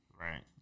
Right